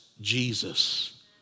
Jesus